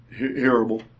hearable